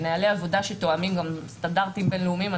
נוהלי עבודה שתואמים גם סטנדרטים בין-לאומיים.